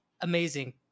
amazing